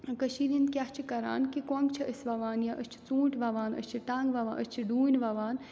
کٔشیٖرِ ہِنٛدۍ کیٛاہ چھِ کَران کہِ کۄنٛگ چھِ أسۍ وَوان یا أسۍ چھِ ژوٗنٛٹھۍ وَوان أسۍ چھِ ٹنٛگ وَوان أسۍ چھِ ڈوٗنۍ وَوان